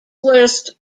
list